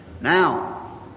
Now